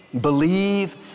believe